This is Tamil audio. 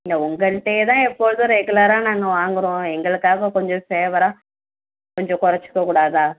இல்லை உங்கள்கிட்டேதான் எப்போதும் ரெகுலராக நாங்கள் வாங்குகிறோம் எங்களுக்காக கொஞ்சம் ஃபேவராக கொஞ்சம் குறைச்சிக்க கூடாதா